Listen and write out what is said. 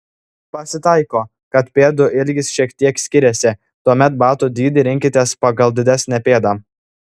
pasitaiko kad pėdų ilgis šiek tiek skiriasi tuomet batų dydį rinkitės pagal didesnę pėdą